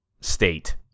state